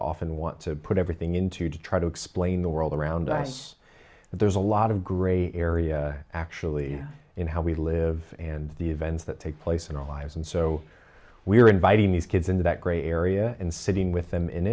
often want to put everything into to try to explain the world around us that there's a lot of gray area actually in how we live and the events that take place in our lives and so we are inviting these kids into that grey area and sitting with them in